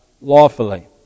lawfully